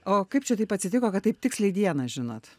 o kaip čia taip atsitiko kad taip tiksliai dieną žinot